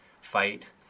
fight